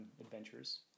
adventures